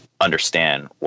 understand